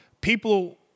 People